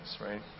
right